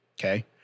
Okay